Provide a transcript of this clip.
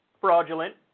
fraudulent